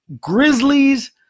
Grizzlies